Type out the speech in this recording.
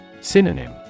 Synonym